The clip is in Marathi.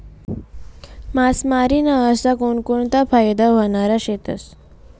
मासामारी ना अशा कोनकोनता फायदा व्हनारा शेतस?